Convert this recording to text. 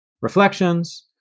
reflections